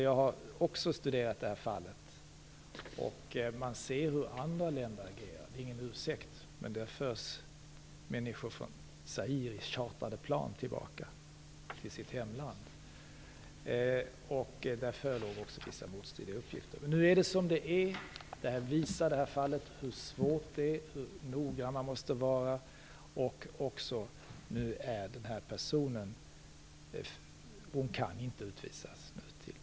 Jag har också studerat det här fallet, och man ser hur andra länder agerar. Det är ingen ursäkt, men människor från Zaire förs tillbaka till sitt hemland med chartrade plan. Där förelåg också vissa motstridiga uppgifter. Men nu är det som det är. Detta fall visar hur svårt det är och hur noggrann man måste vara. Och den här kvinnan kan inte utvisas.